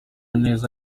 neza